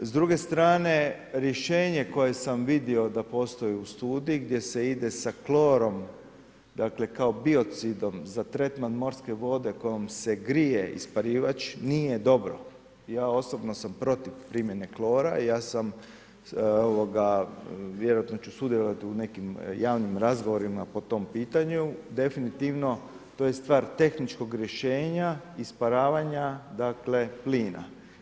S druge strane rješenje koje sam vidio da postoji u studiji gdje se ide sa klorom kao biocidom za tretman morske vode kojom se grije isparivač nije dobro, ja osobno sam protiv primjene klora, ja ću vjerojatno sudjelovati u nekim javnim razgovorima po tom pitanju, definitivno to je stvar tehničkog rješenja isparavanja plina.